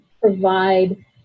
provide